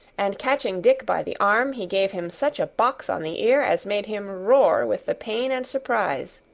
and catching dick by the arm, he gave him such a box on the ear as made him roar with the pain and surprise.